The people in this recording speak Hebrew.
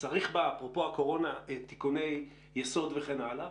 צריך בה אפרופו הקורונה תיקוני יסוד וכן הלאה.